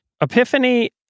Epiphany